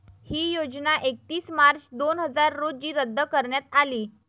ही योजना एकतीस मार्च दोन हजार रोजी रद्द करण्यात आली